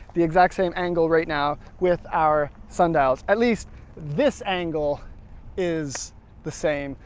the exact same angle right now, with our sundials. at least this angle is the same.